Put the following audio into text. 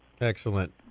Excellent